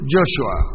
Joshua